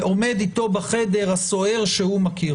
ועומד איתו בחדר הסוהר שהוא מכיר